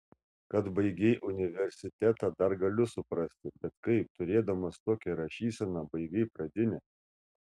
kad baigei universitetą dar galiu suprasti bet kaip turėdamas tokią rašyseną baigei pradinę